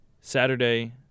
Saturday